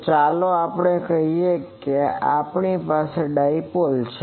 તો ચાલો આપણે કહીએ કે આપણી પાસે ડાઇપોલ છે